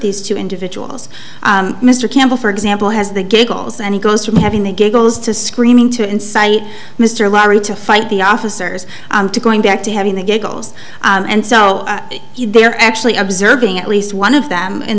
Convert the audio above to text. these two individuals mr campbell for example has the giggles and he goes from having the giggles to screaming to incite mr laurie to fight the officers going back to having the giggles and so they're actually observing at least one of them in